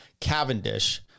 Cavendish